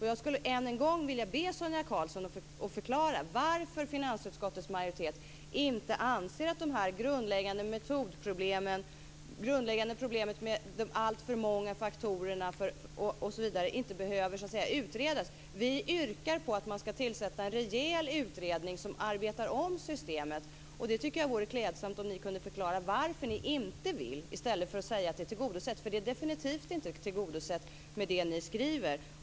Jag skulle än en gång vilja be Sonia Karlsson att förklara varför finansutskottets majoritet inte anser att dessa grundläggande metodproblem och det grundläggande problemet att faktorerna är alltför många, osv., inte behöver utredas. Vi yrkar på att man skall tillsätta en rejäl utredning som arbetar om systemet. Jag tycker att det vore klädsamt om ni kunde förklara varför ni inte vill detta, i stället för att säga att vår yrkan är tillgodosedd. Den är definitivt inte tillgodosedd med det ni skriver.